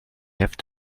have